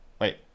wait